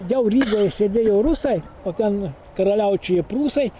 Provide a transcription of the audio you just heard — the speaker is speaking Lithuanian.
jau rygoj sėdėjo rusai o ten karaliaučiuje prūsai